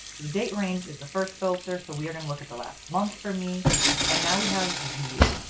the date range is the first filter. so we are going to look at the last month for me and now we have view.